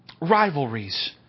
Rivalries